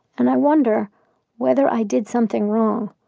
and i wonder whether i did something wrong.